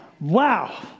Wow